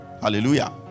Hallelujah